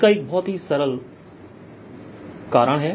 इसका एक बहुत ही सरल कारण है